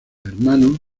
hermano